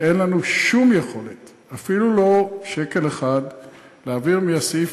ואין לנו שום יכולת אפילו לא שקל אחד להעביר מהסעיף